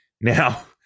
Now